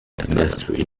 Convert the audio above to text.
industry